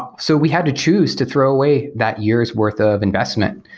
um so we had to choose to throw away that years' worth of investment.